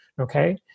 Okay